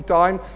time